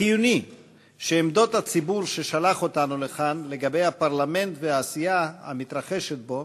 חיוני שעמדות הציבור ששלח אותנו לכאן לגבי הפרלמנט והעשייה המתרחשת בו